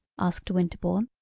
asked winterbourne,